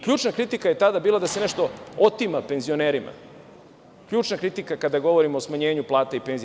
Ključna kritika je tada bila da se nešto otima penzionerima, ključna kritika kada govorimo o smanjenju plata i penzija.